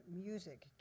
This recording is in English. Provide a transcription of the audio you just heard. music